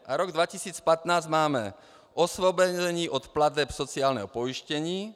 Na rok 2015 máme osvobození od plateb sociálního pojištění.